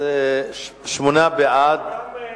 וגם אני.